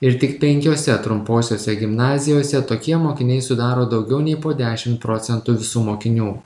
ir tik penkiose trumposiose gimnazijose tokie mokiniai sudaro daugiau nei po dešim procentų visų mokinių